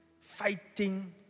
fighting